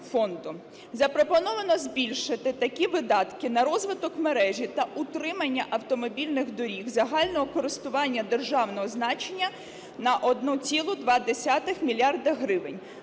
Запропоновано збільшити такі видатки на розвиток мережі та утримання автомобільних доріг загального користування державного значення на 1,2 мільярди